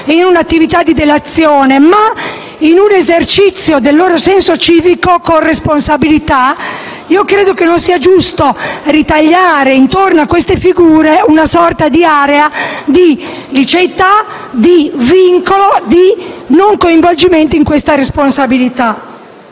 in un'attività di delazione, ma nell'esercizio del loro senso civico con responsabilità; per questo ritengo non sia giusto ritagliare intorno a queste figure una sorta di area di liceità, di vincolo e di non coinvolgimento in questa responsabilità.